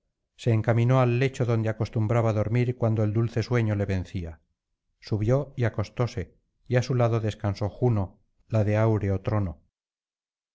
se encaminó al lecho donde acostumbraba dormir cuando el dulce sueño le vencía subió y acostóse y á su lado descansó juno la de áureo trono